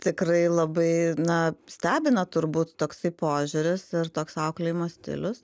tikrai labai na stebina turbūt toksai požiūris ir toks auklėjimo stilius